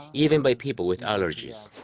even by people with allergies.